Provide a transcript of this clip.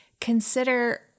consider